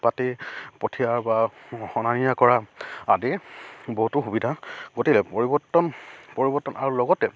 পাতি পঠিওৱা বা অনা নিয়া কৰা আদি বহুতো সুবিধা ঘটিলে পৰিৱৰ্তন পৰিৱৰ্তন আৰু লগতে